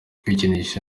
kwikinisha